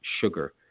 sugar